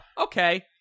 okay